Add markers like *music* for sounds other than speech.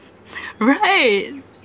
*laughs* right